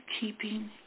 keeping